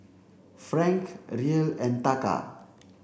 Franc Riel and Taka